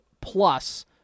plus